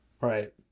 Right